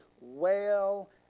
whale